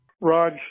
Raj